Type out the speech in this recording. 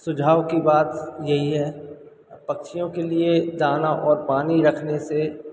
सुझाव की बात यही है पक्षियों के लिए डायना और पानी रखने से